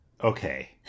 okay